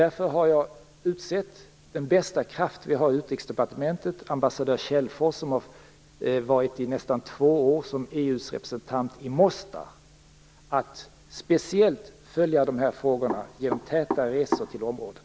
Därför har jag utsett den bästa kraft som vi har i Utrikesdepartementet, ambassadör Kälfors, som under nästan två har varit EU:s representant i Mostar, att speciellt följa dessa frågor genom täta resor till området.